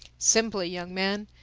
simply, young man,